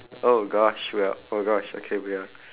oh gosh we are oh gosh okay we are